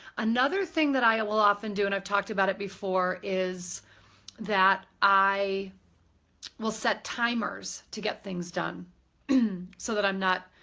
another thing that i will often do and i've talked about it before is that i will set timers to get things done so that i'm not,